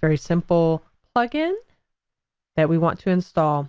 very simple plugin that we want to install